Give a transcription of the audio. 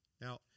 Now